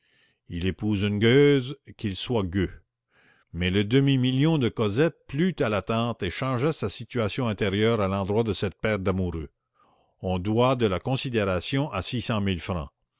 il épouse une gueuse qu'il soit gueux mais le demi-million de cosette plut à la tante et changea sa situation intérieure à l'endroit de cette paire d'amoureux on doit de la considération à six cent mille francs